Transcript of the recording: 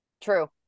true